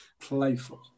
playful